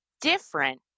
different